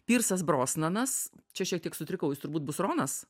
pyrsas brosnanas čia šiek tiek sutrikau jis turbūt bus ronas